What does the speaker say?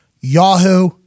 Yahoo